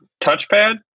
Touchpad